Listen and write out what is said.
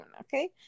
okay